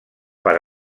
per